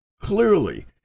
Clearly